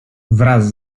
wraz